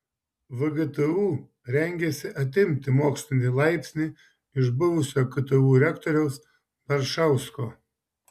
vgtu rengiasi atimti mokslinį laipsnį iš buvusio ktu rektoriaus baršausko